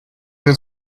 then